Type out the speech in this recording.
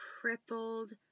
crippled